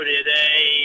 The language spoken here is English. Today